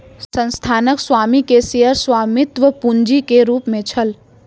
संस्थानक स्वामी के शेयर स्वामित्व पूंजी के रूप में छल